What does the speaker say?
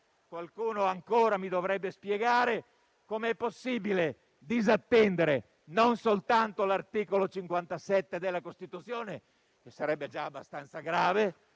Qualcuno, ancora, mi dovrebbe spiegare come è possibile disattendere non soltanto l'articolo 57 della Costituzione (e sarebbe già abbastanza grave),